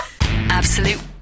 Absolute